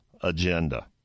agenda